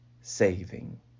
saving